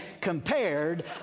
compared